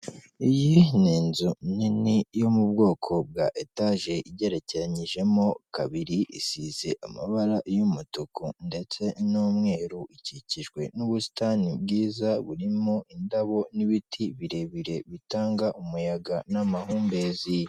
Iyi ni inzu nini yo mu bwoko bwa etaje igerekeranyijemo kabiri, isize amabara y'umutuku ndetse n'umweru, ikikijwe n'ubusitani bwiza burimo indabo n'ibiti birebire bitanga umuyaga n'amahumbezi.